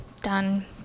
done